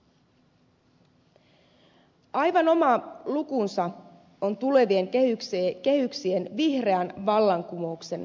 aivan oma lukunsa on tulevissa kehyksissä vihreän vallankumouksen toteuttaminen